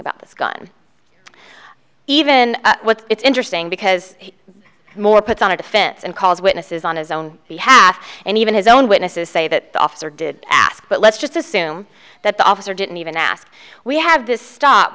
about this gun even it's interesting because more puts on a defense and calls witnesses on his own behalf and even his own witnesses say that the officer did ask but let's just assume that the officer didn't even ask we have this stop